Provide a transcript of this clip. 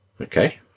Okay